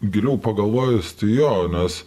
giliau pagalvojus jo nes